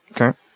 Okay